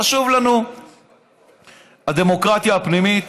חשובה לנו הדמוקרטיה הפנימית.